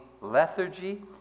lethargy